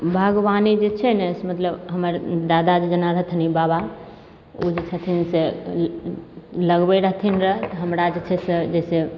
बागवानी जे छै ने से मतलब हमर दादाजी जेना रहथिन बाबा ओ जे छथिन से लगबै रहथिन रहै हमरा जे छै से जइसे